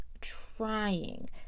trying